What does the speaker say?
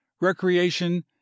recreation